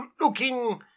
looking